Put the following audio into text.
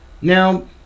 Now